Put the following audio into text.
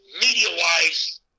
media-wise